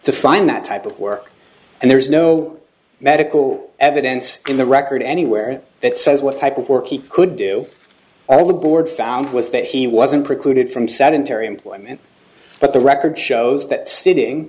to find that type of work and there's no medical evidence in the record anywhere that says what type of work he could do all the board found was that he wasn't precluded from sanitary employment but the record shows that sitting